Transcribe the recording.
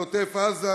על עוטף-עזה,